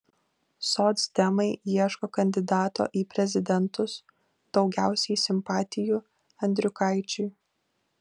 socdemai ieško kandidato į prezidentus daugiausiai simpatijų andriukaičiui